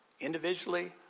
individually